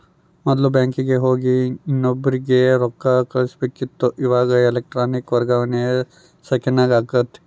ಮೊದ್ಲು ಬ್ಯಾಂಕಿಗೆ ಹೋಗಿ ಇನ್ನೊಬ್ರಿಗೆ ರೊಕ್ಕ ಕಳುಸ್ಬೇಕಿತ್ತು, ಇವಾಗ ಎಲೆಕ್ಟ್ರಾನಿಕ್ ವರ್ಗಾವಣೆಲಾಸಿ ಸೆಕೆಂಡ್ನಾಗ ಆಗ್ತತೆ